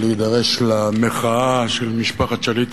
להידרש למחאה של משפחת שליט,